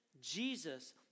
Jesus